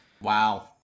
Wow